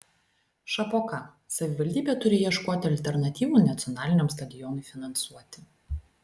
šapoka savivaldybė turi ieškoti alternatyvų nacionaliniam stadionui finansuoti